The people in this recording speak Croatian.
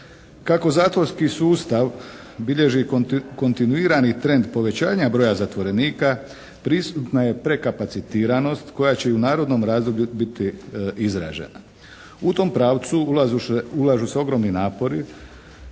Kako zatvorski sustav bilježi kontinuirani trend povećanja broja zatvorenika prisutna je prekapacitiranost koja će i u narednom razdoblju biti izražena. U tom pravcu ulažu se ogromni napori.